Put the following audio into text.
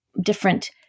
different